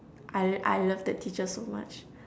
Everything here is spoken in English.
I I love that teacher so much